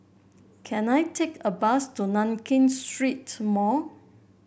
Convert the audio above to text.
can I take a bus to Nankin Street Mall